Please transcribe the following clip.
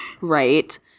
Right